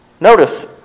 Notice